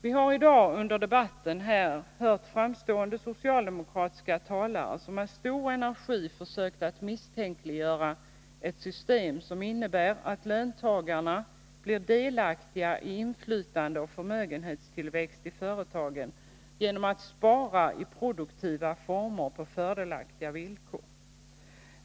Vi har i dagens debatt hört framstående socialdemokratiska talare som med stor energi försökt att misstänkliggöra ett system som innebär att löntagarna blir delaktiga i inflytande och förmögenhetstillväxt i företagen genom att de sparar i produktiva former på fördelaktiga villkor.